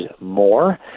more